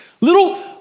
little